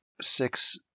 six